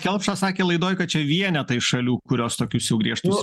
kelpša sakė laidoj kad čia vienetai šalių kurios tokius jau griežtus